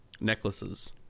Necklaces